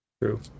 True